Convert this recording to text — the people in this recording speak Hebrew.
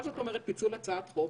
מה זאת אומרת פיצול הצעת חוק?